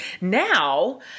now